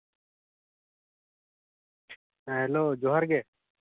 ᱦᱮᱸ ᱦᱮᱞᱳ ᱡᱚᱦᱟᱨ ᱜᱮ